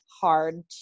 hard